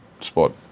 spot